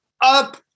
up